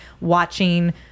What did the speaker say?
watching